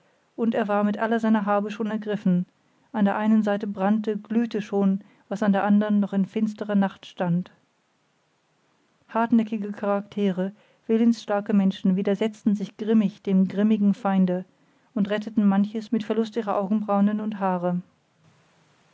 und er war mit aller seiner habe schon ergriffen an der einen seite brannte glühte schon was an der andern noch in finsterer nacht stand hartnäckige charaktere willensstarke menschen widersetzten sich grimmig dem grimmigen feinde und retteten manches mit verlust ihrer augenbraunen und haare